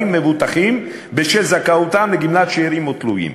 מבוטחים בשל זכאותם לגמלת שאירים או תלויים.